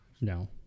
no